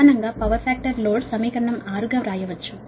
ప్రధానంగా power factor load సమీకరణం 6 గా వ్రాయవచ్చు